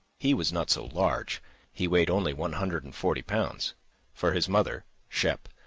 he was not so large he weighed only one hundred and forty pounds for his mother, shep,